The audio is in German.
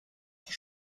die